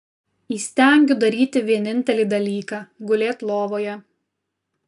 įstengiu daryti vienintelį dalyką gulėt lovoje